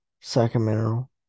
Sacramento